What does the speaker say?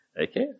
Okay